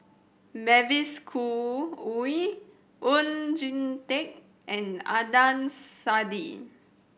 Mavis Khoo Oei Oon Jin Teik and Adnan Saidi